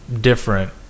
different